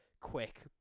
quick